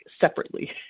separately